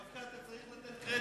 דווקא אתה צריך לתת קרדיט.